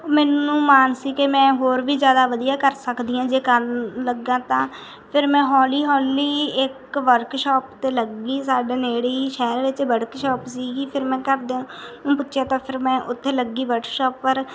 ਮੈਨੂੰ ਮਾਣ ਸੀ ਕਿ ਮੈਂ ਹੋਰ ਵੀ ਜ਼ਿਆਦਾ ਵਧੀਆ ਕਰ ਸਕਦੀ ਹਾਂ ਜੇ ਕਰਨ ਲੱਗਾ ਤਾਂ ਫਿਰ ਮੈਂ ਹੌਲੀ ਹੌਲੀ ਇੱਕ ਵਰਕਸ਼ੋਪ 'ਤੇ ਲੱਗੀ ਸਾਡੇ ਨੇੜੇ ਹੀ ਸ਼ਹਿਰ ਵਿੱਚ ਵੜਕਸ਼ੋਪ ਸੀਗੀ ਫਿਰ ਮੈਂ ਘਰਦਿਆਂ ਨੂੰ ਪੁੱਛਿਆ ਤਾਂ ਫਿਰ ਮੈਂ ਉੱਥੇ ਲੱਗੀ ਵਰਕਸ਼ੋਪ ਉੱਪਰ